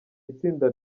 itsinda